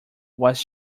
was